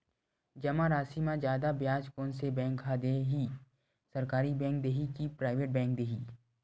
जमा राशि म जादा ब्याज कोन से बैंक ह दे ही, सरकारी बैंक दे हि कि प्राइवेट बैंक देहि?